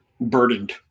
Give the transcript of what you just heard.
burdened